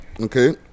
Okay